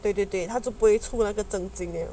对对对他就不会出那个